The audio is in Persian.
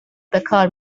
بکار